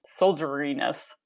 soldieriness